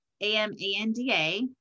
A-M-A-N-D-A